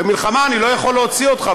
במלחמה אני לא יכול להוציא אותך,